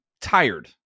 tired